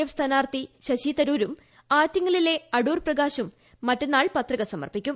F സ്ഥാനാർത്ഥിഒർശിതരൂരും ആറ്റിങ്ങലിലെ അടൂർ പ്രകാശും മറ്റന്നാൾട്ട് പുതിക സമർപ്പിക്കും